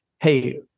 hey